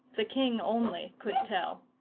the king only could tell.